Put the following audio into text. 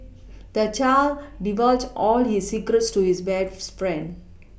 the child divulged all his secrets to his best friend